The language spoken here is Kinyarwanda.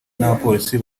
n’abapolisi